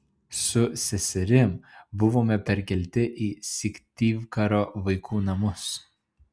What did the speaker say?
su seserim buvome perkelti į syktyvkaro vaikų namus